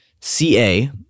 C-A